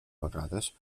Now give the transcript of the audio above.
vegades